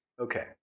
Okay